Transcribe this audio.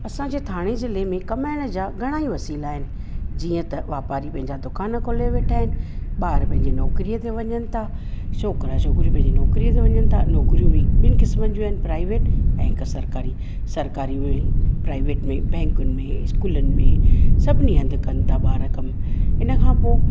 असांजे थाणे ज़िले में कमाइण जा घणेई वसीला आहिनि जीअं त वापारी पंहिंजा दुकान खोले वेठा आहिनि ॿार पंहिंजी नौकिरीअ ते वञनि था छोकिरा छोकिरियूं पंहिंजी नौकिरीअ ते वञनि था नौकिरियूं बि ॿिनि क़िस्मनि जूं आहिनि प्राइवेट ऐं हिक सरकारी सरकारी में प्राइवेट में बैंकुनि में इस्कूलनि में सभिनी हंधु कनि था ॿार कमु हिन खां पोइ